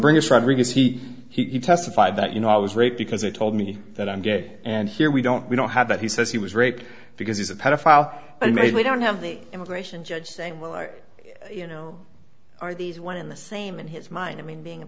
us rodriguez he he testified that you know it was rape because it told me that i'm gay and here we don't we don't have that he says he was raped because he's a pedophile and maybe we don't have the immigration judge saying well you know are these one in the same in his mind i mean being a